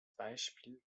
beispiel